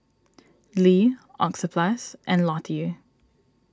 Lee Oxyplus and Lotte